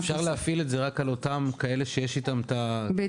אפשר להפעיל את זה רק על אותם אלה שיש איתם -- זה